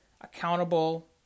accountable